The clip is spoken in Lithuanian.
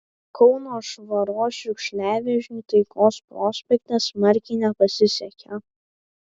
kauno švaros šiukšliavežiui taikos prospekte smarkiai nepasisekė